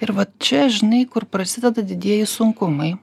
ir va čia žinai kur prasideda didieji sunkumai